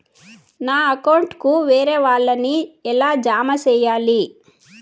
నా అకౌంట్ కు వేరే వాళ్ళ ని ఎలా జామ సేయాలి?